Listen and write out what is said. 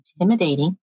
intimidating